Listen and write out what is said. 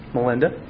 Melinda